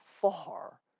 far